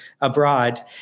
abroad